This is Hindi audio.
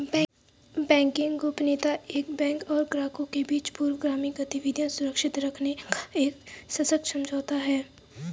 बैंकिंग गोपनीयता एक बैंक और ग्राहकों के बीच पूर्वगामी गतिविधियां सुरक्षित रखने का एक सशर्त समझौता है